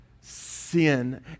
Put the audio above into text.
sin